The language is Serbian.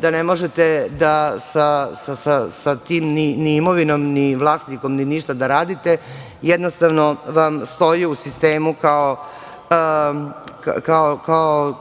da ne možete da sa tim ni imovinom ni vlasnikom i ništa da radite, jednostavno vam stoji u sistemu